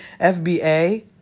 FBA